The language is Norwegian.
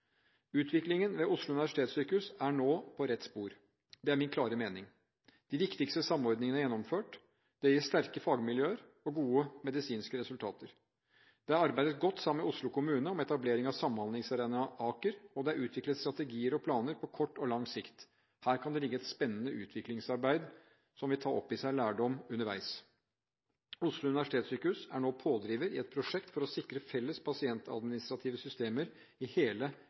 Utviklingen ved Oslo universitetssykehus er nå på rett spor. Det er min klare mening. De viktigste samordningene er gjennomført. Det gir sterke fagmiljøer og gode medisinske resultater. Det er arbeidet godt sammen med Oslo kommune om etablering av Samhandlingsarena Aker, og det er utviklet strategier og planer på kort og lang sikt. Her kan det ligge et spennende utviklingsarbeid som vil ta opp i seg lærdom underveis. Oslo universitetssykehus er nå pådriver i et prosjekt for å sikre felles pasientadministrative systemer i hele